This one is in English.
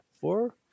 four